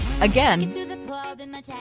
again